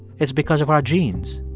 it's because of our genes.